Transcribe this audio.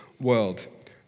world